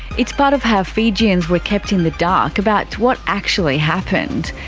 it's part of how fijians were kept in the dark about what actually happened.